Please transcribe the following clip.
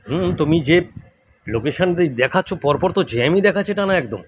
হুম তুমি যে লোকেশন দেখাচ্ছো পরপর তো জ্যামই দেখাচ্ছে টানা একদম